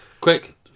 Quick